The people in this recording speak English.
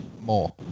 more